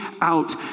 out